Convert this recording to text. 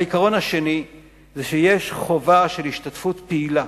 העיקרון השני הוא שיש חובה של השתתפות פעילה